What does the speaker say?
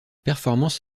performance